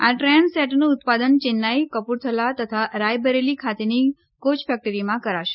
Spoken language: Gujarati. આ ટ્રેન સેટનું ઉત્પાદન ચેન્નાઇ કપૂરથલા તથા રાયબરેલી ખાતેની કોય ફેકટરીમાં કરાશે